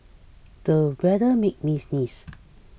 the weather made me sneeze